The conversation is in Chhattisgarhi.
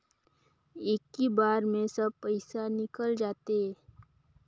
इक्की बार मे सब पइसा निकल जाते?